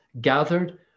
gathered